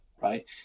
right